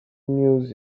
news